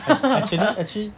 ac~ actually actually